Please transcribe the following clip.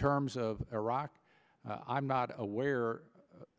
terms of iraq i'm not aware